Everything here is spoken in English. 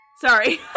Sorry